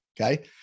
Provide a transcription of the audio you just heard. Okay